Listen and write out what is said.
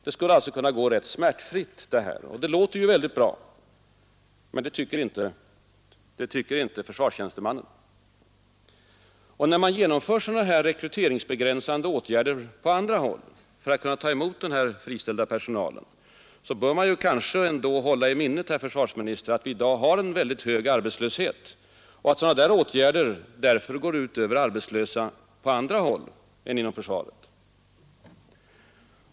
Det skulle alltså kunna gå rätt smärtfritt det här, och det låter väldigt bra. Men det tycker inte Försvarstjänstemannen. Och när man genomför sådana här rekryteringsbegränsande åtgärder på andra håll för att kunna ta emot den här friställda personalen bör man hålla i minnet, herr försvarsminister, att vi i dag har en väldigt hög arbetslöshet och att sådana där åtgärder därför går ut över arbetslösa på andra håll än inom försvaret.